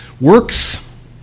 Works